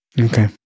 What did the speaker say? Okay